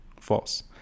False